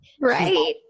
Right